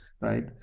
right